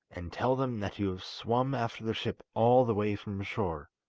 and tell them that you have swum after the ship all the way from shore